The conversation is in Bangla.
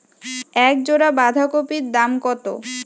এক জোড়া বাঁধাকপির দাম কত?